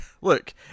look